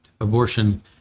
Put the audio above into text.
abortion